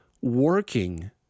working